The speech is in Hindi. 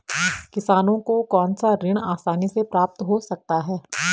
किसानों को कौनसा ऋण आसानी से प्राप्त हो सकता है?